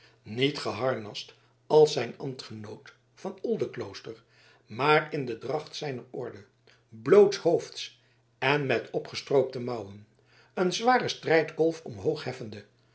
niet geharnast als zijn ambtgenoot van oldeklooster maar in de dracht zijner orde blootshoofds en met opgestroopte mouwen een zware strijdkolf omhoogheffende